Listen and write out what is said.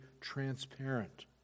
transparent